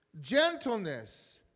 gentleness